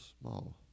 small